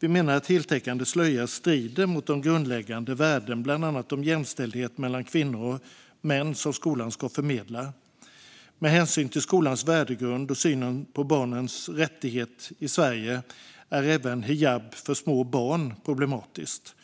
vi menar att heltäckande slöja strider mot de grundläggande värden, bland annat om jämställdhet mellan kvinnor och män, som skolan ska förmedla. Med hänsyn till skolans värdegrund och synen på barnens rättigheter i Sverige är även hijab för små barn problematiskt.